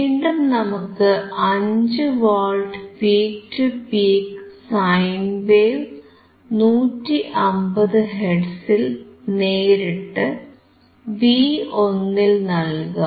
വീണ്ടും നമുക്ക് 5 volt peak to peak sine wave 150 ഹെർട്സിൽ നേരിട്ട് V1ൽ നൽകാം